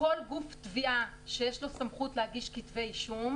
כל גוף תביעה שיש לו סמכות להגיש כתבי אישום,